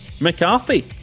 McCarthy